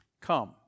Come